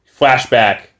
Flashback